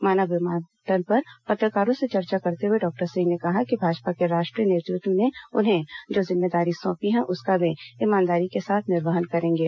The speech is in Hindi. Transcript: माना विमानतल पर पत्रकारों से चर्चा करते हुए डॉक्टर सिंह ने कहा कि भाजपा के राष्ट्रीय नेतृत्व ने उन्हें जो जिम्मेदारी सौंपी है उसका वे ईमानदारी के साथ निर्वहन करेंगे